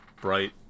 bright